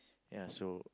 ya so